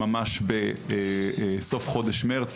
ממש בסוף חודש מרץ.